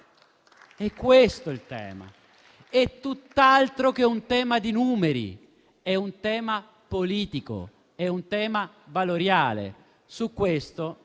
È questo il tema. È tutt'altro che un tema di numeri: è un tema politico e valoriale. Su questo,